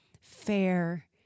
fair